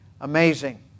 amazing